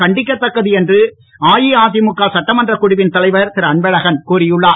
கண்டிக்கத்தக்கது என்று அஇஅதிமுக சட்டமன்றக் குழுவின் தலைவர் திரு அன்பழகன் கூறியுள்ளார்